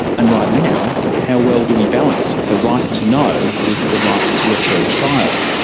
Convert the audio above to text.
and right now, how well do we balance the right to know with the right to a fair trial?